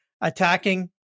attacking